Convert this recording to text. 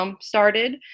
started